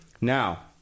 Now